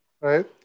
Right